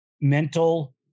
mental